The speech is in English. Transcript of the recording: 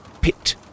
Pit